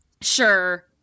sure